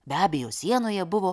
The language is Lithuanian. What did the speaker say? be abejo sienoje buvo